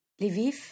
Lviv